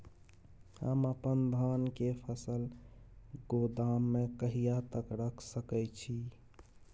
हम अपन धान के फसल गोदाम में कहिया तक रख सकैय छी?